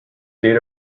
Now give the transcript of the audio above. date